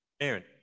Aaron